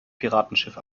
piratenschiff